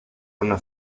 una